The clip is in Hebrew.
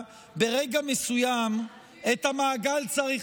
ברגע מסוים את המעגל צריך,